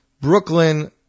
Brooklyn